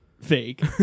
fake